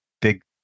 big